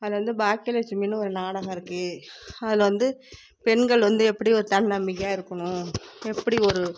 அது வந்து பாக்கிய லட்சுமினு ஒரு நாடகம் இருக்கு அதில் வந்து பெண்கள் வந்து எப்படி ஒரு தன்னம்பிக்கையாக இருக்கணும் எப்படி ஒரு